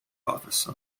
office